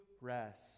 rest